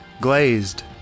glazed